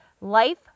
Life